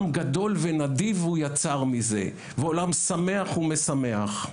גדול ונדיב הוא יצר מזה ועולם שמח ומשמח,